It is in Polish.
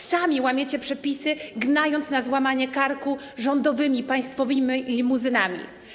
Sami też łamiecie przepisy, gnając na złamanie karku rządowymi, państwowymi limuzynami.